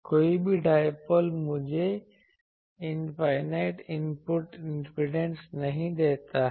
कोई भी डायपोल मुझे इनफाईनाइट इनपुट इम्पीडेंस नहीं देता है